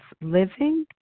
living